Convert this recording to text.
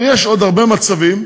יש עוד הרבה מצבים,